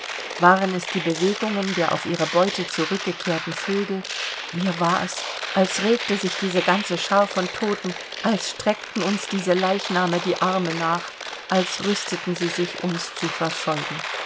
waren es die bewegungen der auf ihre beute zurückgekehrten vögel mir war es als regte sich diese ganze schar von toten als streckten uns diese leichname die arme nach als rüsteten sie sich uns zu verfolgen